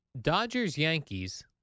Dodgers-Yankees